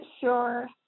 sure